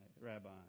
rabbi